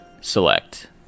select